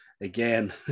Again